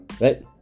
right